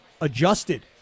adjusted